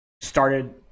started